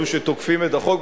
אלו שתוקפים את החוק,